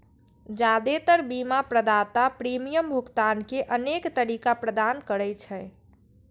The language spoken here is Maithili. जादेतर बीमा प्रदाता प्रीमियम भुगतान के अनेक तरीका प्रदान करै छै